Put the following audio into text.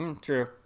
True